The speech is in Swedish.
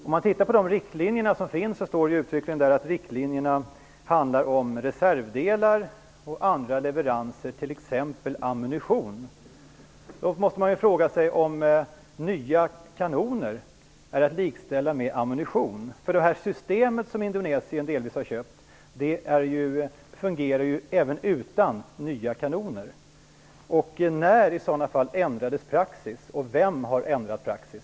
Om man tittar på de riktlinjer som finns ser man att de uttryckligen handlar om reservdelar och andra leveranser, t.ex. ammunition. Då måste man fråga sig om nya kanoner är att likställa med ammunition. De system som Indonesien delvis har köpt fungerar även utan nya kanoner. När ändrades i sådana fall praxis, och vem har ändrat praxis?